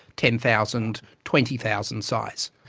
ten thousand, twenty thousand size.